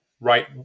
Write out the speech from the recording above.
right